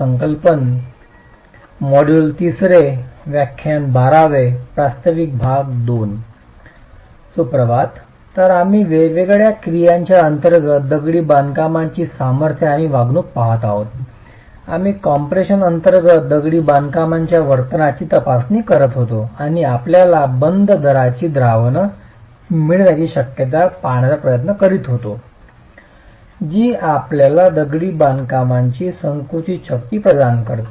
सुप्रभात तर आम्ही वेगवेगळ्या क्रियांच्या अंतर्गत दगडी बांधकामाची सामर्थ्य आणि वागणूक पहात आहोत आम्ही कम्प्रेशन अंतर्गत दगडी बांधकामांच्या वर्तनाची तपासणी करत होतो आणि आपल्याला बंद दराची द्रावण मिळण्याची शक्यता पाहण्याचा प्रयत्न करीत होतो जी आपल्याला दगडी बांधकामाची संकुचित शक्ती प्रदान करते